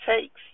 takes